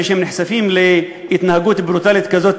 כשהם נחשפים להתנהגות ברוטלית כזאת,